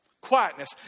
Quietness